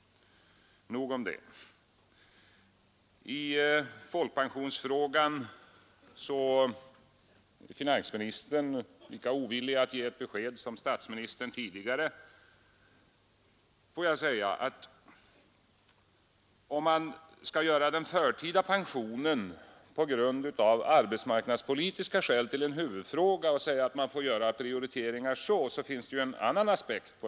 Nog om detta. I folkpensionsfrågan är finansministern lika ovillig som statsministern tidigare att ge ett besked. Om man av arbetsmarknadspolitiska skäl skall göra den förtida pensionen till en huvudfråga och säga att det bör ske prioriteringar, finns ju en annan aspekt.